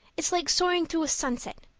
it's like soaring through a sunset.